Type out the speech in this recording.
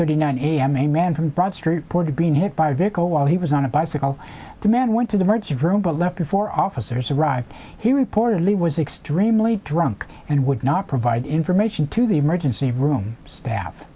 thirty nine a m a man from broad street boarded being hit by a vehicle while he was on a bicycle the man went to the verge of room but left before officers arrived he reportedly was extremely drunk and would not provide information to the emergency room staff